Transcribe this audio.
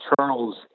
Charles